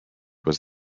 was